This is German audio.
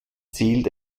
zählt